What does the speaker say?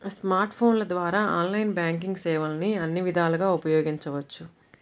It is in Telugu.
స్మార్ట్ ఫోన్ల ద్వారా ఆన్లైన్ బ్యాంకింగ్ సేవల్ని అన్ని విధాలుగా ఉపయోగించవచ్చు